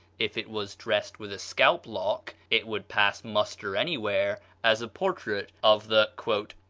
if it was dressed with a scalp-lock it would pass muster anywhere as a portrait of the